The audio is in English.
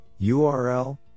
URL